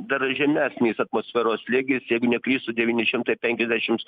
dar žemesnis atmosferos slėgis jeigu neklystu devyni šimtai penkiasdešims